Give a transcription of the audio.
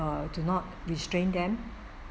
err do not restrain them